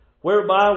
whereby